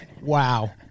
Wow